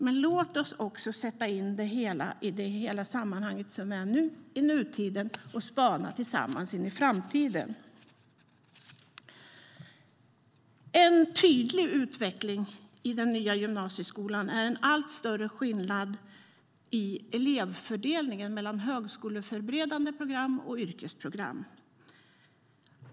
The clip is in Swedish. Men låt oss också sätta in det hela i det sammanhang som vi är i nu, i nutiden, och spana tillsammans in i framtiden. En tydlig utveckling i den nya gymnasieskolan är en allt större skillnad i elevfördelningen mellan högskoleförberedande program och yrkesprogram.